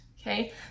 okay